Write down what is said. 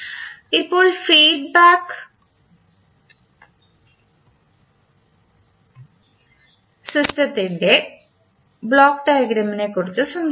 ഇപ്പോൾ ഫീഡ്ബാക്ക് സിസ്റ്റത്തിൻറെ ബ്ലോക്ക് ഡയഗ്രാമിനെക്കുറിച്ച് സംസാരിക്കാം